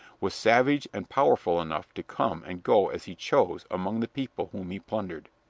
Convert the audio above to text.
was savage and powerful enough to come and go as he chose among the people whom he plundered.